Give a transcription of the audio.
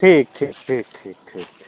ठीक ठीक ठीक ठीक ठीक